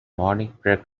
morningside